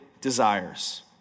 desires